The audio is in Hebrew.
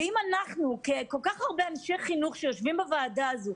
ואם אנחנו - כל כך הרבה אנשי חינוך שיושבים בוועדה הזו,